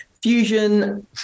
Fusion